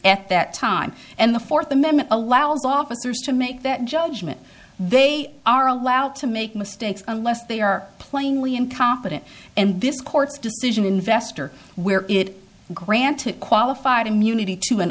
at that time and the fourth amendment allows officers to make that judgment they are allowed to make mistakes unless they are plainly incompetent and this court's decision investor where it granted qualified immunity to an